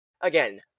again